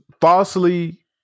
Falsely